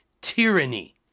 tyranny